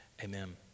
Amen